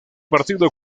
partido